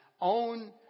own